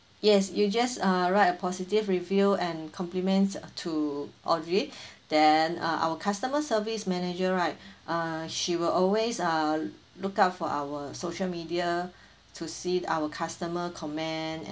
yes you just uh write a positive review and compliments to audrey then uh our customer service manager right uh she will always uh look out for our social media to see our customer comment